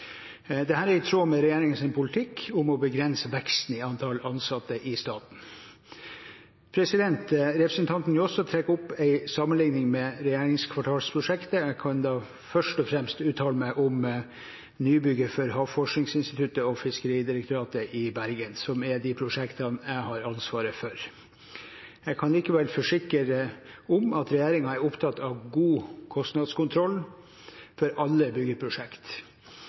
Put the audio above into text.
er i tråd med regjeringens politikk om å begrense veksten i antall ansatte i staten. Representanten Njåstad trekker opp en sammenligning med regjeringskvartalprosjektet. Jeg kan først og fremst uttale meg om nybygget for Havforskningsinstituttet og Fiskeridirektoratet i Bergen, som er de prosjektene jeg har ansvaret for. Jeg kan likevel forsikre om at regjeringen er opptatt av god kostnadskontroll for alle